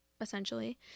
essentially